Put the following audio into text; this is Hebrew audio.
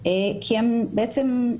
כי הם בעצם,